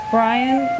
Brian